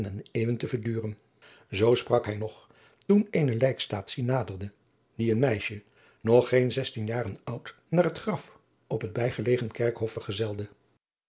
eeuwen te verduren zoo sprak hij nog toen eene lijkstaatsie naderde die een meisje nog geen zestien jaren oud naar het graf op het bijgelegen kerkhof vergezelde